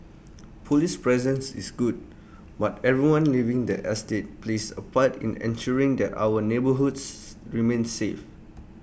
Police presence is good but everyone living the estate plays A part in ensuring that our neighbourhoods remain safe